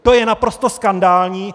To je naprosto skandální.